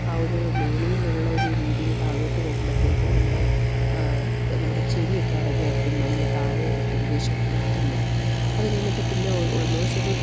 ആ ഒരു മുകളിൽ നിന്നുള്ള ഒരു രീതിയിൽ താഴോട്ട് വരുമ്പോഴ്ത്തേക്ക് നമ്മുടെ നമ്മുടെ ചെവിയൊക്കെ അടഞ്ഞായിരിക്കുന്നു നമ്മൾ താഴെ ഏകദേശം എത്തുന്നത് അത് കഴിഞ്ഞിട്ട് പിന്നെ ഓൾമോസ്റ്റ് ഒരു